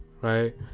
Right